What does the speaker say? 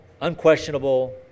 unquestionable